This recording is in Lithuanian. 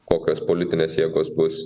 kokios politinės jėgos bus